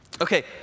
Okay